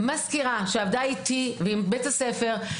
מזכירה שעבדה איתי ועם בית הספר,